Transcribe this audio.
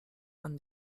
and